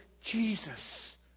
Jesus